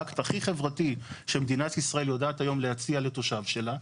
האקט הכי חברתי שמדינת ישראל יודעת היום להציע לתושב שלה.